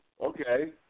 Okay